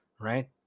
right